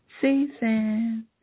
season